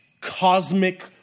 Cosmic